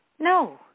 No